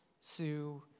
sue